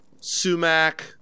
sumac